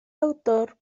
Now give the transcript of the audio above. autor